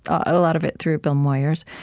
a lot of it through bill moyers,